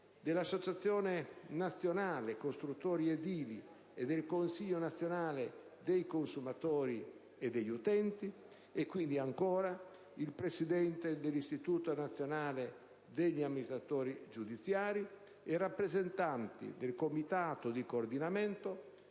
dell'associazione nazionale costruttori edili e del consiglio nazionale dei consumatori e degli utenti; il Presidente dell'istituto nazionale degli amministratori giudiziari e rappresentanti del comitato di coordinamento